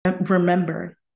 Remember